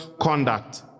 conduct